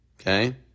Okay